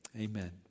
Amen